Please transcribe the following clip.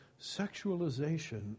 sexualization